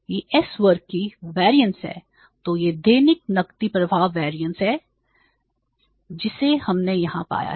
यह S वर्ग का वेरियंस है जिसे हमने यहां पाया है